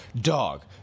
dog